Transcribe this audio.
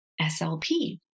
SLP